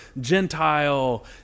Gentile